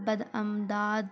بدعمداد